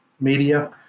media